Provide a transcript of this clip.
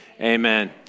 amen